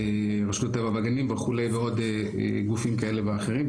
רשות הטבע והגנים ועוד גופים כאלה ואחרים,